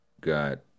Got